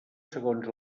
segons